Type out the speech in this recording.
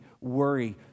worry